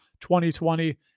2020